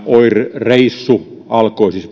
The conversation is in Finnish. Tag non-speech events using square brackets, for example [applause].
oir reissu alkoi siis [unintelligible]